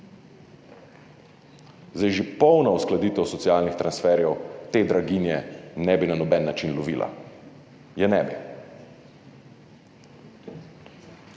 30 %. Že polna uskladitev socialnih transferjev te draginje ne bi na noben način lovila, je ne bi.